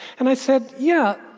and i said, yeah.